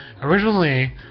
Originally